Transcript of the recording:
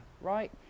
right